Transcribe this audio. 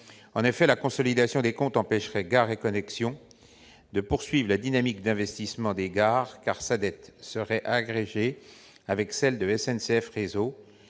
En effet, la consolidation des comptes empêcherait Gares & Connexions de poursuivre la dynamique d'investissements dans les gares, car sa dette serait agrégée avec celle de SNCF Réseau,